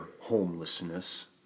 homelessness